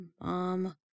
Mom